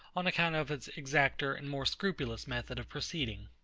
on account of its exacter and more scrupulous method of proceeding.